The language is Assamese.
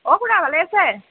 অ' খুৰা ভালে আছে